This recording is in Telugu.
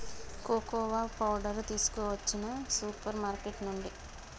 కోకోవా పౌడరు తీసుకొచ్చిన సూపర్ మార్కెట్ నుండి